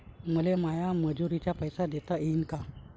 मले माया मजुराचे पैसे देता येईन का?